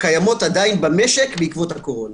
הקיימות עדיין במשק בעקבות הקורונה,